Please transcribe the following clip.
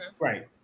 Right